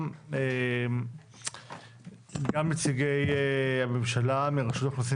גם נציגי הממשלה מרשות האוכלוסין,